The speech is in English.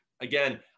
again